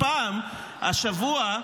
הפעם, השבוע,